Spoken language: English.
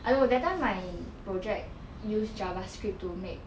I know that time my project use JavaScript to make